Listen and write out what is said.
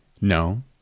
No